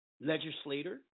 legislator